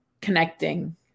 connecting